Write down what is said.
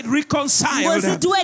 reconciled